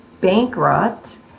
bankrupt